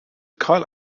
karl